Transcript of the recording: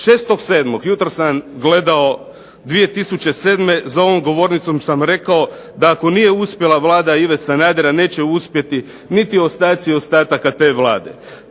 6.7. jutros sam gledao 2007. za ovom govornicom sam rekao da ako nije uspjela vlada Ive Sanadera, onda neće uspjeti niti ostaci ostataka te vlade.